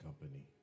company